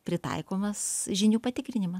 pritaikomas žinių patikrinimas